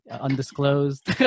undisclosed